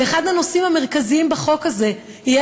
ואחד הנושאים המרכזיים בחוק הזה יהיה